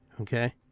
okay